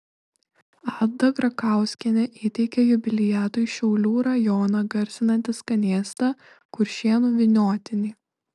ada grakauskienė įteikė jubiliatui šiaulių rajoną garsinantį skanėstą kuršėnų vyniotinį